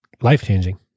life-changing